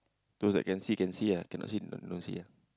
those that can see can see ah cannot see d~ don't see ah